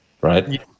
right